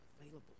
available